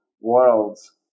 worlds